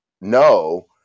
No